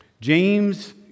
james